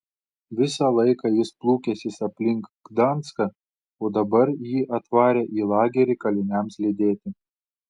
visą laiką jis plūkęsis aplink gdanską o dabar jį atvarę į lagerį kaliniams lydėti